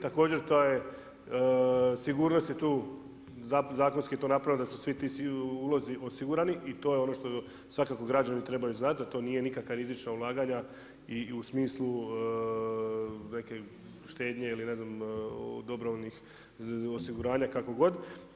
Također sigurnost je tu zakonski je to napravljeno da su svi ti ulozi osigurani i to je ono što svakako građani trebaju znati da to nije nikakva rizična ulaganja u smislu neke štednje ili ne znam dobrovoljnih osiguranja, kako god.